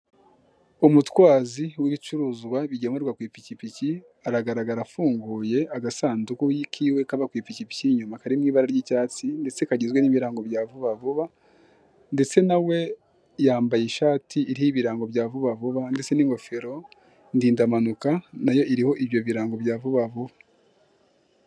Umutwazi w'ibicuruzwa bigemurwa ku ipikipiki, aragaragara afunguye agasanduku k'iwe kaba ku ipikipiki, inyuma kariri mu ibara ry'icyatsi, ndetse kagizwe n'ibirango bya vuba vuba, ndetse na we yambaye ishati iriho ibirango bya vuba vuba, ndetse n'ingofero ndindampanuka, na yo iriho ibyo birango bya vuba vuba.